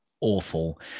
awful